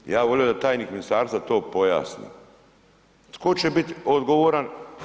Ja bi volio da tajnik ministarstva to pojasni, tko će biti odgovoran?